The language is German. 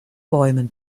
bäumen